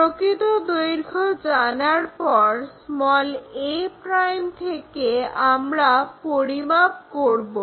প্রকৃত দৈর্ঘ্য জানার পর a' থেকে আমরা পরিমাপ করবো